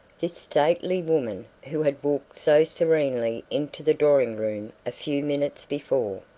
this stately woman who had walked so serenely into the drawing-room a few minutes before.